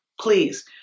please